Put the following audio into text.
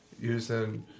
using